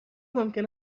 ممکن